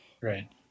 Right